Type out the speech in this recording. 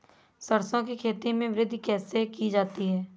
सरसो की खेती में वृद्धि कैसे की जाती है?